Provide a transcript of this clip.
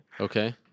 Okay